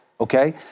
okay